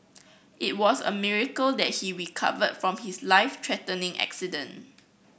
it was a miracle that he recovered from his life threatening accident